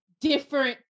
different